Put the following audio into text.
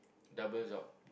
double job